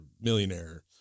millionaire